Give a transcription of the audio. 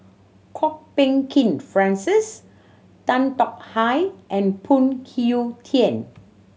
Kwok Peng Kin Francis Tan Tong Hye and Phoon Kew Tien